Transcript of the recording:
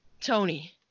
Tony